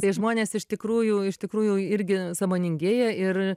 tai žmonės iš tikrųjų iš tikrųjų irgi sąmoningėja ir